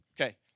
Okay